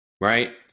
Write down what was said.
Right